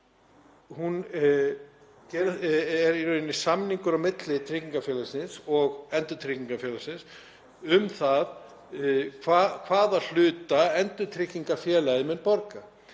er í rauninni samningur á milli tryggingafélagsins og endurtryggingafélagsins um það hvaða hluta endurtryggingafélagið mun borga.